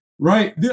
Right